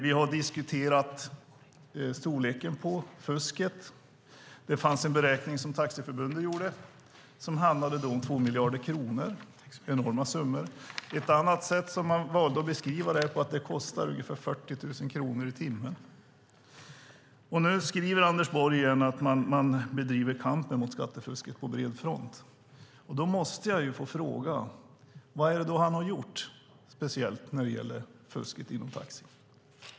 Vi har också diskuterat storleken på fusket. Det fanns en beräkning som Taxiförbundet gjorde som handlade om 2 miljarder kronor - enorma summor. Ett annat sätt att beskriva det här på var att det kostar ungefär 40 000 kronor i timmen. Nu skriver Anders Borg återigen att man bedriver kampen mot skattefusket på bred front. Då måste jag fråga vad det är han har gjort speciellt när det gäller fusket inom taxi.